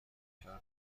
کردن